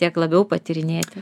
tiek labiau patyrinėti